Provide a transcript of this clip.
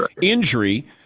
injury